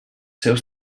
seus